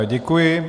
Děkuji.